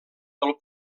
del